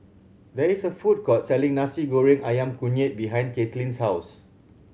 there is a food court selling Nasi Goreng Ayam Kunyit behind Caitlyn's house